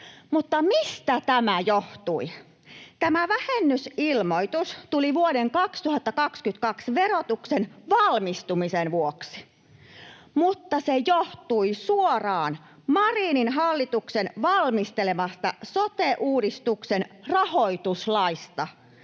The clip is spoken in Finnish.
Mutta mistä tämä johtui? Tämä vähennysilmoitus tuli vuoden 2022 verotuksen valmistumisen vuoksi, mutta se johtui suoraan Marinin hallituksen valmistelemasta sote-uudistuksen rahoituslaista